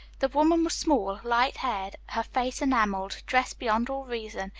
the woman was small, light haired, her face enamelled, dressed beyond all reason,